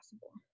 possible